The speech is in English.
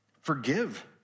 forgive